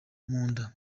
nda